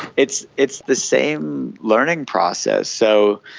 it's it's the same learning process. so,